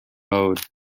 mode